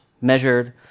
measured